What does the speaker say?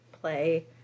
play